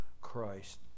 Christ